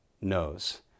knows